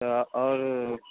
तऽ आओर